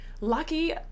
lucky